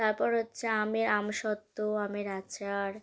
তারপর হচ্ছে আমের আমসত্ত্ব আমের আচার